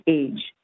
age